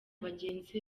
bagenzi